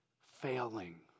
failing